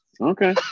Okay